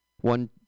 One